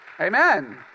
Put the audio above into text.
Amen